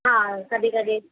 हा कति कति